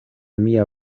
mia